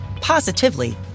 positively